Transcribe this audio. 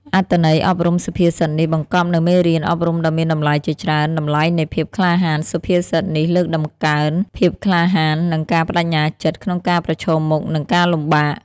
អត្ថន័យអប់រំសុភាសិតនេះបង្កប់នូវមេរៀនអប់រំដ៏មានតម្លៃជាច្រើនតម្លៃនៃភាពក្លាហាន សុភាសិតនេះលើកតម្កើង ភាពក្លាហាន និង ការប្ដេជ្ញាចិត្ត ក្នុងការប្រឈមមុខនឹងការលំបាក។